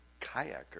kayaker